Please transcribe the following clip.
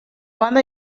banda